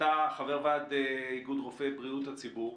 אתה חבר ועד איגוד רופאי בריאות הציבור.